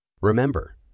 Remember